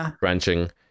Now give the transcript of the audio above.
branching